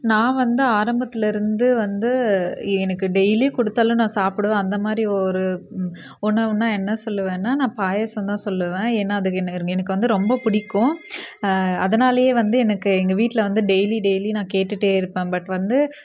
நான் வந்து ஆரம்பத்தில் இருந்து வந்து எனக்கு டெய்லி கொடுத்தாலும் நான் சாப்பிடுவேன் அந்தமாதிரி ஒரு உணவுன்னால் என்ன சொல்லுவேன்னால் நான் பாயசம் தான் சொல்லுவேன் ஏன்னால் எனக்கு வந்து ரொம்ப பிடிக்கும் அதனாலேயே வந்து எனக்கு எங்கள் வீட்டில் வந்து டெய்லி டெய்லி நான் கேட்டுகிட்டே இருப்பேன் பட் வந்து